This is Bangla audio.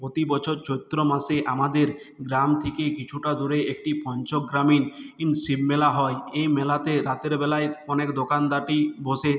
প্রতি বছর চৈত্র মাসে আমাদের গ্রাম থেকে কিছুটা দূরে একটি পঞ্চগ্রামীণ ইন শিবমেলা হয় এই মেলাতে রাতেরবেলায় অনেক দোকানদাটি বসে